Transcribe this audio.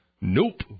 nope